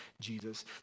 Jesus